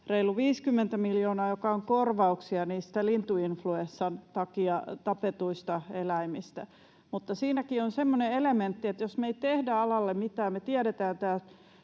reilu 50 miljoonaa, joka on korvauksia niistä lintuinfluenssan takia tapetuista eläimistä. Mutta siinäkin on semmoinen elementti, että jos me ei tehdä alalle mitään, me tiedetään tämä